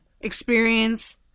experience